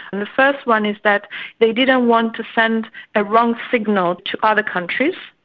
and the first one is that they didn't want to send a wrong signal to other countries,